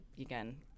again